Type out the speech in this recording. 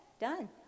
done